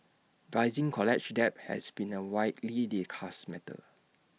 rising college debt has been A widely discussed matter